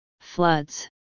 Floods